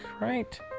right